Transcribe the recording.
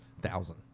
Thousand